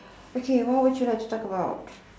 okay what would you like to talk about